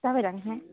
जाबायदां